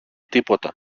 τίποτα